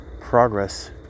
progress